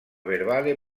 verbale